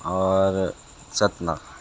और सतना